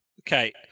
Okay